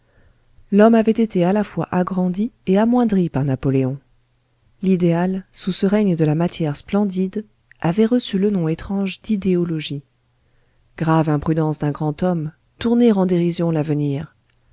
l'homme avait été à la fois agrandi et amoindri par napoléon l'idéal sous ce règne de la matière splendide avait reçu le nom étrange d'idéologie grave imprudence d'un grand homme tourner en dérision l'avenir